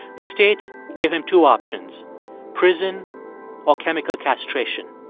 the state gave him two options prison or chemical castration.